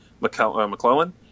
McClellan